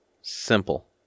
Simple